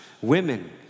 Women